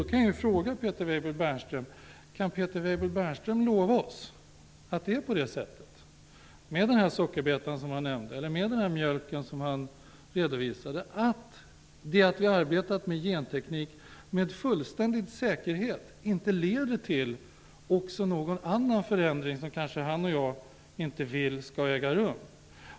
Kan Peter Weibull Bernström lova oss att det är på det sättet med den här sockerbetan som han nämnde eller med den här mjölken som han redovisade att gentekniken med fullständig säkerhet inte leder till också någon annan förändring som han och jag kanske inte vill skall äga rum?